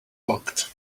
locked